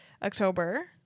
October